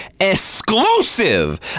exclusive